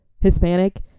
Hispanic